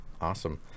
Awesome